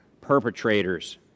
perpetrators